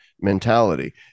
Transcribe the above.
mentality